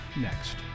next